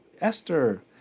Esther